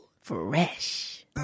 Fresh